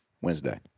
Wednesday